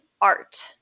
art